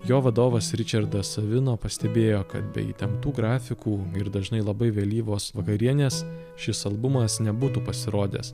jo vadovas ričardas savino pastebėjo kad be įtemptų grafikų ir dažnai labai vėlyvos vakarienės šis albumas nebūtų pasirodęs